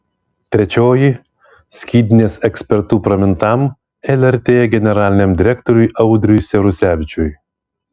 trečioji skydinės ekspertu pramintam lrt generaliniam direktoriui audriui siaurusevičiui